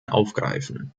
aufgreifen